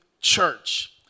church